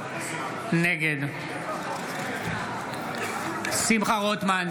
נגד שמחה רוטמן,